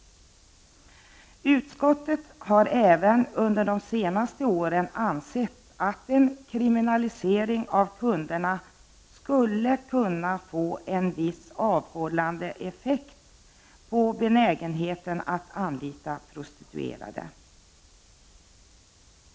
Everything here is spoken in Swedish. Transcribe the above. Utskottet har under de senaste åren även ansett att en kriminalisering av kunderna skulle kunna få en viss avhållande effekt på benägenheten att anlita prostituerade.